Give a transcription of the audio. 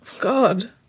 god